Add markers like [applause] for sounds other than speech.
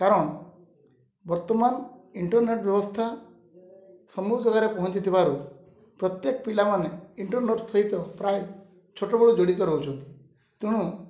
କାରଣ ବର୍ତ୍ତମାନ ଇଣ୍ଟନେଟ୍ ବ୍ୟବସ୍ଥା [unintelligible] ଜାଗାରେ ପହଞ୍ଚିଥିବାରୁ ପ୍ରତ୍ୟେକ ପିଲାମାନେ ଇଣ୍ଟରନେଟ୍ ସହିତ ପ୍ରାୟ ଛୋଟବେଳୁ ଜଡ଼ିତ ରହୁଛନ୍ତି ତେଣୁ